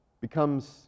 becomes